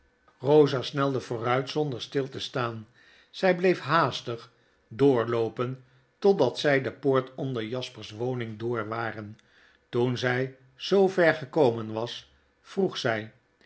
eosa snelde vooruit zonder stil te staan zjj bleef haastig door loopen totdat zjj de poort onder jasper's woning door waren toen zjj zoo ver gekomen was vroeg zij